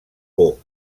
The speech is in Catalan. por